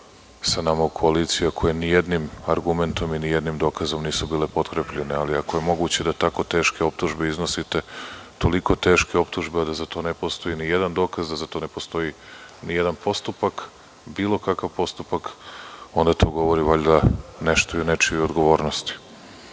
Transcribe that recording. sa nama u koaliciji, koje nijednim argumentom i nijednim dokazom nisu bile potkrepljene. Ako je moguće da tako teške optužbe iznosite, toliko teške optužbe, a da za to ne postoji nijedan dokaz, nijedan postupak, bilo kakav postupak, onda to govori nešto i o nečijoj odgovornosti. Neke